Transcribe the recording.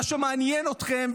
מה שמעניין אתכם,